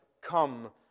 come